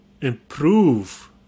improve